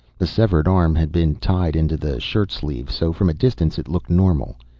the severed arm had been tied into the shirt sleeve, so from a distance it looked normal.